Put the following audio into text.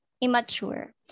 immature